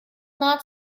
not